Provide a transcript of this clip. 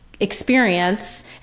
Experience